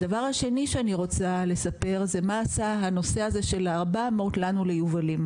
הדבר השני שאני רוצה לספר זה מה עשה הנושא הזה של ה-400 לנו ליובלים.